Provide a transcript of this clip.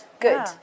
good